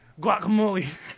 guacamole